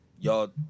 Y'all